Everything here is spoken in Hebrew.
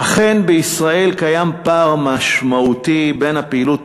אכן קיים בישראל פער משמעותי בין הפעילות